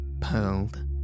pearled